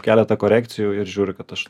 keletą korekcijų ir žiūri kad aš